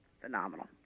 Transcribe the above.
phenomenal